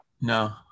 no